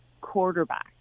quarterback